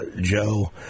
Joe